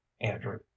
Andrew